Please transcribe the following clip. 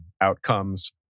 outcomes